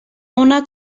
hona